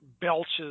belches